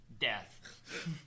death